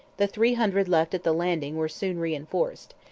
the three hundred left at the landing were soon reinforced,